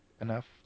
enough